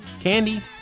Candy